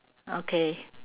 okay